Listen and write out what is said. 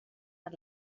per